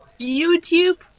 YouTube